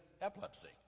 epilepsy